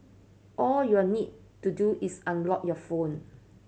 all you'll need to do is unlock your phone